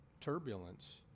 turbulence